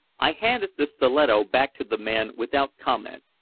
i handed the stiletto back to the man without comment.